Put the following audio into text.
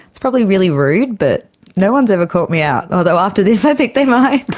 it's probably really rude but no one has ever caught me out, although after this i think they might!